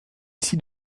ici